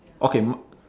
okay mi~